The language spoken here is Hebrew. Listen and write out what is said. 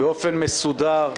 באופן מסודר,